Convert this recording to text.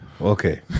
Okay